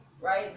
right